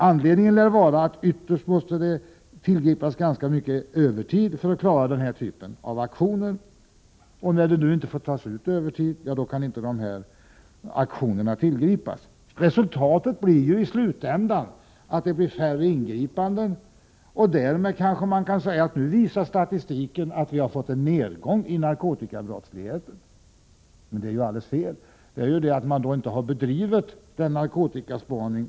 Anledningen lär vara att ganska mycket övertid oftast måste tillgripas för att man skall klara denna typ av aktioner. När det nu inte får tas ut övertid kan inte dessa aktioner genomföras. Resultatet i slutänden blir färre ingripanden. Därmed kan man kanske säga att statistiken visar att vi har fått en nedgång i narkotikabrottsligheten, trots att det är alldeles fel. Anledningen till minskningen i statistiken är ju att det inte har bedrivits någon effektiv narkotikaspaning.